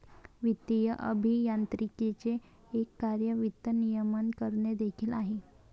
वित्तीय अभियांत्रिकीचे एक कार्य वित्त नियमन करणे देखील आहे